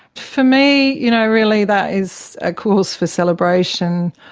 for me you know really that is a cause for celebration.